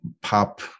pop